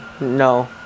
no